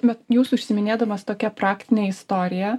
bet jūs užsiiminėdamas tokia praktine istorija